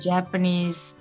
Japanese